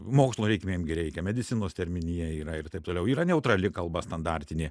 mokslo reikmėm gi reikia medicinos terminija yra ir taip toliau yra neutrali kalba standartinė